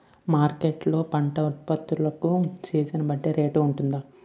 Market లొ పంట ఉత్పత్తి లకు సీజన్ బట్టి రేట్ వుంటుందా?